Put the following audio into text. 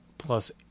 plus